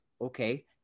okay